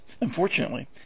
Unfortunately